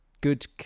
good